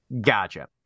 Gotcha